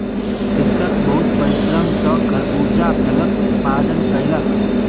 कृषक बहुत परिश्रम सॅ खरबूजा फलक उत्पादन कयलक